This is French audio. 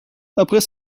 après